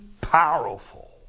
powerful